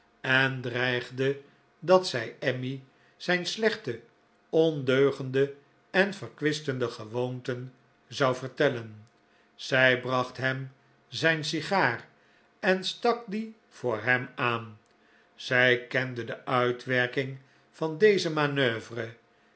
en dreigde dat zij emmy zijn slechte ondeugende en verkwistende gewoonten zou vertellen zij bracht hem zijn sigaar en stale die voor hem aan zij kende de uitwerking van deze manoeuvre